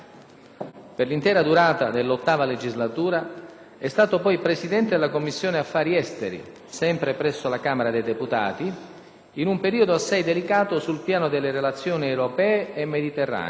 Per l'intera durata dell'VIII legislatura, è stato poi Presidente della Commissione affari esteri, sempre presso la Camera dei deputati, in un periodo assai delicato sul piano delle relazioni europee e mediterranee,